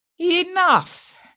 Enough